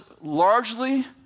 largely